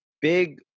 Big